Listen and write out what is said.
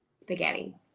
Spaghetti